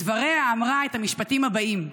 בדבריה אמרה את המשפטים הבאים: